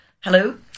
hello